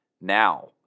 Now